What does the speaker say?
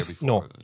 no